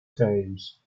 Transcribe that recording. times